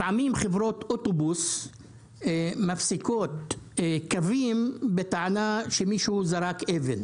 לפעמים חברות אוטובוס מפסיקות קווים בטענה שמישהו זרק אבן